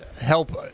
help